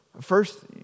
First